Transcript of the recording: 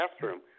bathroom